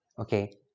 okay